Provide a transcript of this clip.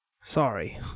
Sorry